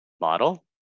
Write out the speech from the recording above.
model